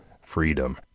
freedom